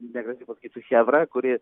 negražiai pasakysiu chebra kuri